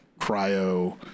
cryo